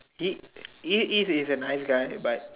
if Eve is a nice guy but